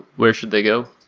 where should they go?